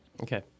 Okay